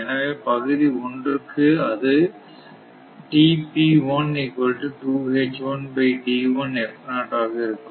எனவே பகுதி ஒன்றுக்கு ஆக இருக்கும்